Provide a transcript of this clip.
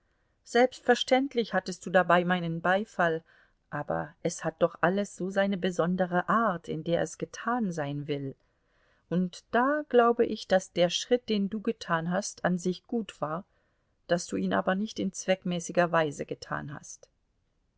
selbstverständlich hattest du dabei meinen beifall aber es hat doch alles so seine besondere art in der es getan sein will und da glaube ich daß der schritt den du getan hast an sich gut war daß du ihn aber nicht in zweckmäßiger weise getan hast